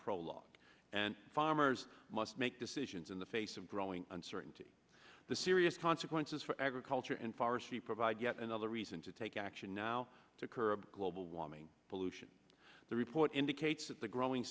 law and farmers must make decisions in the face of growing uncertainty the serious consequences for agriculture and forestry provide yet another reason to take action now to curb global warming pollution the report indicates that the growing